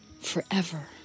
forever